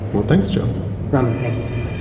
well, thanks joe roman, thank